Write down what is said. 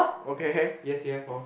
okay yes you have hor